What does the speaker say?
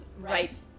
right